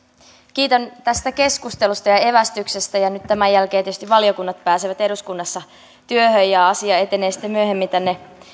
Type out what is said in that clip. kiitän tästä keskustelusta ja evästyksestä ja nyt tämän jälkeen tietysti valiokunnat pääsevät eduskunnassa työhön ja asia etenee sitten myöhemmin tänne